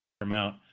amount